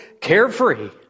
carefree